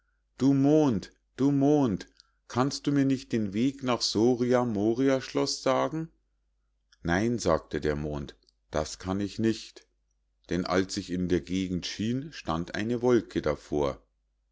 du mond du mond kannst du mir nicht den weg nach soria moria schloß sagen nein sagte der mond das kann ich nicht denn als ich in der gegend schien stand eine wolke davor